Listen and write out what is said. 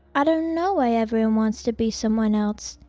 i don't know why everyone wants to be someone else.